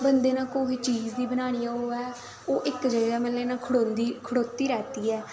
बंदे नै कोई चीज बी बनानी होऐ एह् इक जगह् इ'यां मतलब खड़ोती रैह्ती ऐ